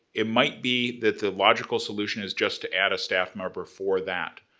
it might be that the logical solution is just to add a staff member for that.